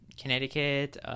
Connecticut